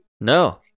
No